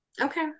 Okay